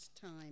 time